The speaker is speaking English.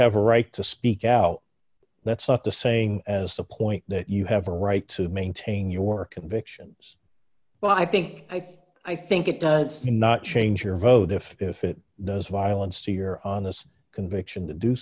have a right to speak out that's not the saying as a point that you have a right to maintain your convictions well i think i think i think it does not change your vote if if it does violence to you're on this conviction to do